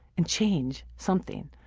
and change something.